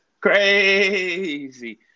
crazy